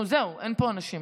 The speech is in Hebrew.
אין פה אנשים.